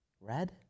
Red